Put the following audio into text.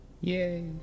Yay